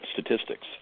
statistics